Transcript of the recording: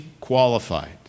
qualified